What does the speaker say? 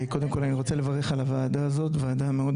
קודם כל היום רוצה לברך על ההודעה הזאת וההודעה מאוד